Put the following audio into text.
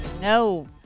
no